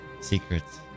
Secrets